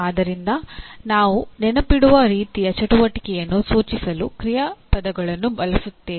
ಆದ್ದರಿಂದ ನಾವು ನೆನಪಿಡುವ ರೀತಿಯ ಚಟುವಟಿಕೆಯನ್ನು ಸೂಚಿಸಲು ಕ್ರಿಯಾಪದಗಳನ್ನು ಬಳಸುತ್ತೇವೆ